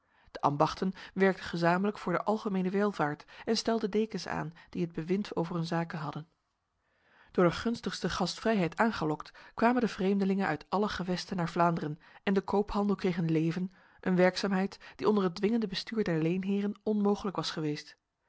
de ambachten werkten gezamenlijk voor de algemene welvaart en stelden dekens aan die het bewind over hun zaken hadden door de gunstigste gastvrijheid aangelokt kwamen de vreemdelingen uit alle gewesten naar vlaanderen en de koophandel kreeg een leven een werkzaamheid die onder het dwingende bestuur der leenheren onmogelijk was geweest